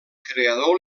creador